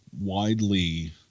widely